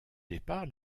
départ